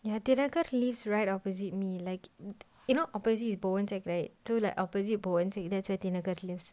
ya thinakar lives right opposite me like you know opposite bowen sec right so like opposite bowen sec that's where thinakar lives